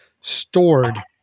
stored